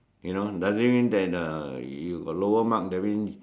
you know doesn't mean that uh you got lower mark that means